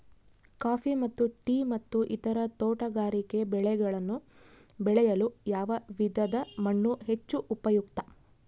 Coffee ಮತ್ತು tea ಮತ್ತು ಇತರ ತೋಟಗಾರಿಕೆ ಬೆಳೆಗಳನ್ನು ಬೆಳೆಯಲು ಯಾವ ವಿಧದ ಮಣ್ಣು ಹೆಚ್ಚು ಉಪಯುಕ್ತ?